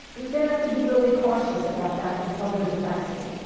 we have to be really cautious about that until there is a vaccine.